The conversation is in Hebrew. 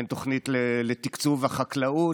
אין תוכנית לתקצוב החקלאות,